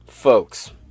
Folks